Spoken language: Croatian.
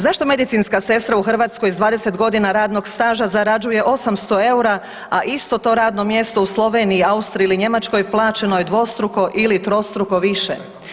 Zašto medicinska sestra u Hrvatskoj s 20 godina radnog staža zarađuje 800 eura, a isto to radno mjesto u Sloveniji, Austriji ili Njemačkoj plaćeno je dvostruko ili trostruko više?